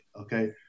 okay